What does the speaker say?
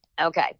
Okay